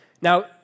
Now